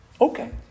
okay